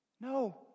No